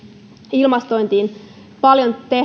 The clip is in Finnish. ilmastointiin paljon